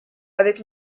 avec